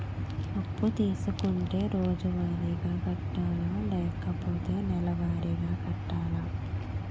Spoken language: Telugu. అప్పు తీసుకుంటే రోజువారిగా కట్టాలా? లేకపోతే నెలవారీగా కట్టాలా?